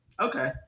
Okay